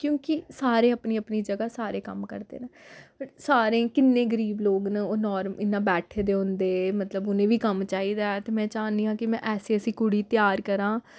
क्योंकि सारे अपनी अपनी जगह सारे कम्म करदे न बट सारे किन्ने गरीब लोक न ओह् नार्मल इ'यां बैठे दे होंदे मतलब उ'नें बी कम्म चाहिदा ऐ ते में चाह्न्नी आं कि में ऐसी ऐसी कुड़ी त्यार करां